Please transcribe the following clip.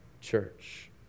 church